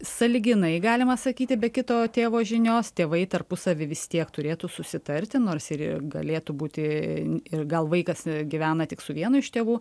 sąlyginai galima sakyti be kito tėvo žinios tėvai tarpusavy vis tiek turėtų susitarti nors ir galėtų būti ir gal vaikas gyvena tik su vienu iš tėvų